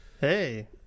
Hey